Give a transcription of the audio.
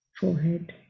forehead